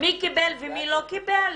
מי קיבל ומי לא קיבל?